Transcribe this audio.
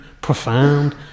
profound